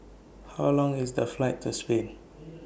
How Long IS The Flight to Spain